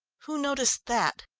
who noticed that?